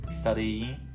studying